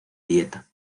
dieta